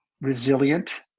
resilient